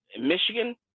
Michigan